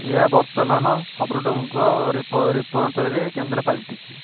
ଏହା ବର୍ତ୍ତମାନ ଶବ୍ରୁଡ୍ରୁଙ୍କ ରିପୋ ରିପୋ ଅଞ୍ଚଳରେ କେନ୍ଦ୍ର ପାଲଟିଛି